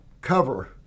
cover